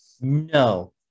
No